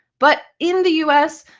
but in the us,